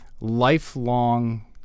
lifelong